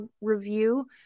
review